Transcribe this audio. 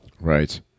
Right